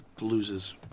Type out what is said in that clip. loses